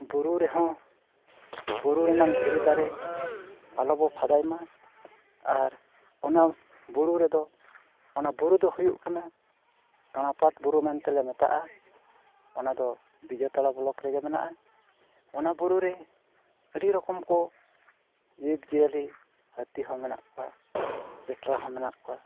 ᱵᱩᱨᱩ ᱨᱮᱦᱚᱸ ᱵᱩᱨᱩ ᱨᱮᱱᱟᱜ ᱫᱷᱤᱨᱤ ᱫᱟᱨᱮ ᱟᱞᱚᱵᱚᱱ ᱯᱷᱟᱸᱫᱟᱭ ᱢᱟ ᱟᱨ ᱚᱱᱟ ᱵᱩᱨᱩ ᱨᱮᱫᱚ ᱚᱱᱟ ᱵᱩᱨᱩ ᱫᱚ ᱦᱩᱭᱩᱜ ᱠᱟᱱᱟ ᱠᱟᱬᱟᱯᱟᱴ ᱵᱩᱨᱩ ᱢᱮᱱᱛᱮᱞᱮ ᱢᱮᱛᱟᱜᱼᱟ ᱚᱱᱟᱫᱚ ᱵᱤᱡᱚᱭᱛᱟᱲᱟ ᱨᱮᱜᱮ ᱢᱮᱱᱟᱜᱼᱟ ᱚᱱᱟ ᱵᱩᱨᱩᱨᱮ ᱟᱹᱰᱤ ᱨᱚᱠᱚᱢ ᱠᱚ ᱡᱤᱵᱽᱼᱡᱤᱭᱟᱹᱞᱤ ᱦᱟᱹᱛᱤᱦᱚᱸ ᱢᱮᱱᱟᱜ ᱠᱚᱣᱟ ᱪᱮᱴᱨᱟ ᱦᱚᱸ ᱢᱮᱱᱟᱜ ᱠᱚᱣᱟ